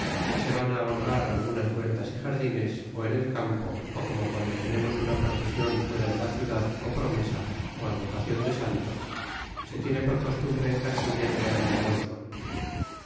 y se van holgar algunas huertas y jardines ó en el campo ó como guando tenemos una procesion fuera de la ciudad ó promesa ó advocacion de santos se tiene por costumbre en castilla llevar el almuerzo